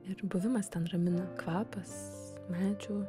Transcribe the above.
ir buvimas ten ramina kvapas medžių